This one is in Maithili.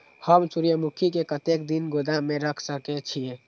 हम सूर्यमुखी के कतेक दिन गोदाम में रख सके छिए?